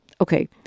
okay